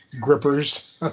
grippers